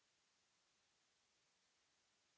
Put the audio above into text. Merci